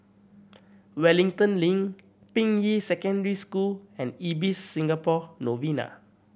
Wellington Link Ping Yi Secondary School and Ibis Singapore Novena